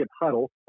huddle